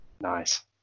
nice